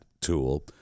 tool